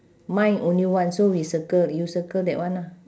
mine only one so we circle you circle that one ah